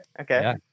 Okay